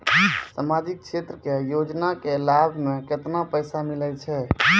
समाजिक क्षेत्र के योजना के लाभ मे केतना पैसा मिलै छै?